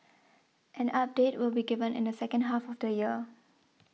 an update will be given in the second half of the year